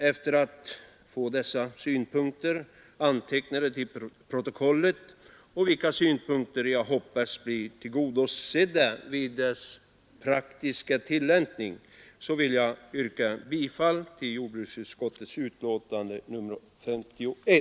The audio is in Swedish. Efter att ha fått dessa synpunkter antecknade till protokollet, vilka synpunkter jag hoppas blir tillgodosedda i den praktiska tillämpningen, vill jag yrka bifall till utskottets hemställan.